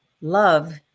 Love